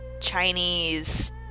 Chinese